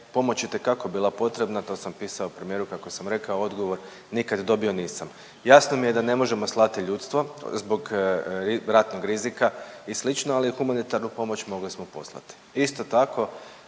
pomoć itekako bila potrebna to sam pisao premijeru kako sam rekao odgovor nikad dobio nisam. Jasno mi je da ne možemo slati ljudstvo zbog ratnog rizika i slično, ali humanitarnu pomoć mogli smo postati. Isto tako